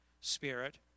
spirit